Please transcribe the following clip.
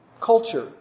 culture